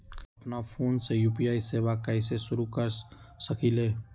अपना फ़ोन मे यू.पी.आई सेवा कईसे शुरू कर सकीले?